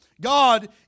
God